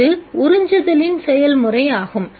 இது உறிஞ்சுதலின் செயல்முறை ஆகும்